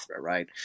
right